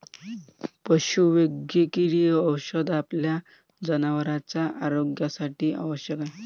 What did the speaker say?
पशुवैद्यकीय औषध आपल्या जनावरांच्या आरोग्यासाठी आवश्यक आहे